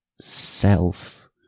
self